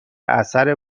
اثر